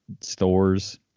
stores